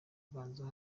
ganzo